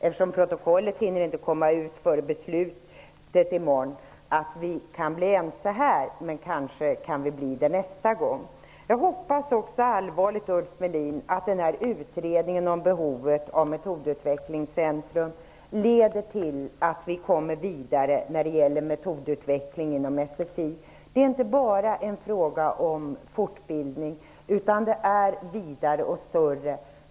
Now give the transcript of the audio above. Eftersom protokollet inte hinner komma ut före beslutet i morgon, leder det tyvärr inte till att vi kan bli ense den här gången, men vi kan kanske bli det nästa gång. Jag hoppas också allvarligt, Ulf Melin, att utredningen om behovet av metodutvecklingscentrum leder till att vi kommer vidare när det gäller metodutveckling inom SFI. Det handlar här inte bara om fortbildning, utan frågan är vidare och större.